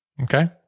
Okay